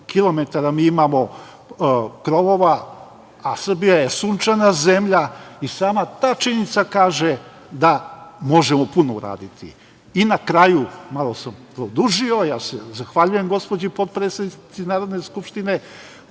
mi imamo krovova, a Srbija je sunčana zemlja i sama ta činjenica kaže da možemo puno uraditi. Na kraju, malo sam produžio, ja se zahvaljujem gospođi potpredsednici Narodne skupštine,